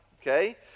okay